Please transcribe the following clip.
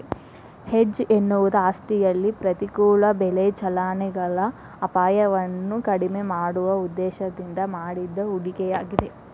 hedge ಎನ್ನುವುದು ಆಸ್ತಿಯಲ್ಲಿ ಪ್ರತಿಕೂಲ ಬೆಲೆ ಚಲನೆಗಳ ಅಪಾಯವನ್ನು ಕಡಿಮೆ ಮಾಡುವ ಉದ್ದೇಶದಿಂದ ಮಾಡಿದ ಹೂಡಿಕೆಯಾಗಿದೆ